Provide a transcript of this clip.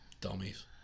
Dummies